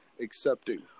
accepting